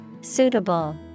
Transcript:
Suitable